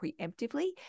preemptively